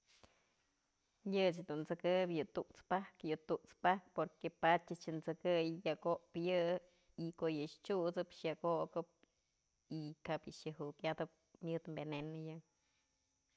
Yë ëch dun t'sëkëp yë tut'spajkë, yë tut'spajkë porque padyë ëch t'sëkëy yak opë yë y ko'o yë t'syusëp yak okëp y kap yë yak jukyatëp myëd veneno yë.